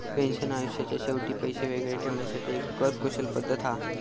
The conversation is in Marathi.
पेन्शन आयुष्याच्या शेवटी पैशे वेगळे ठेवण्यासाठी एक कर कुशल पद्धत हा